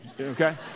okay